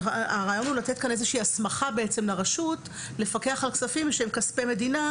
הרעיון הוא לתת איזושהי הסמכה לרשות לפקח על כספים שהם כספי מדינה,